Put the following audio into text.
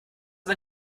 man